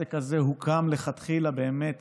שהעסק הזה הוקם לכתחילה באמת